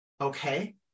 okay